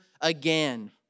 again